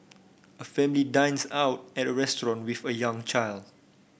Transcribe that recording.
a family dines out at a restaurant with a young child